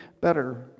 better